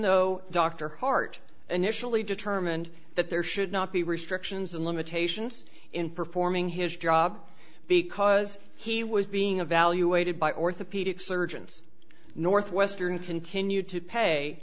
though dr hart initially determined that there should not be restrictions and limitations in performing his job because he was being evaluated by orthopedic surgeons northwestern continued to pay